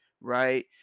right